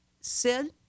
Sid